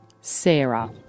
Sarah